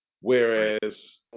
Whereas